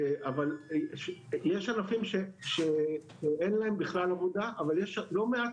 אבל יש ענפים שאין להם בכלל עבודה אבל יש לא מעט